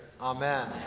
Amen